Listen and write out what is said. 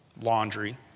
laundry